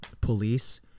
police